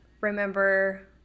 remember